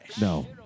No